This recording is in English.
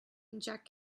inject